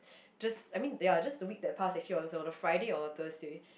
just I mean ya just the week that pass actually I was on a Friday or a Thursday